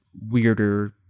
weirder